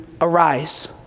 arise